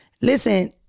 listen